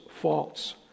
faults